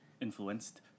influenced